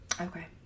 okay